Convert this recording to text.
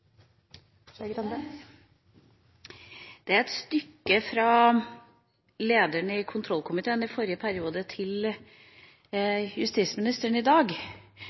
et stykke fra lederen i kontrollkomiteen i forrige periode til justisministeren i dag.